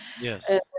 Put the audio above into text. Yes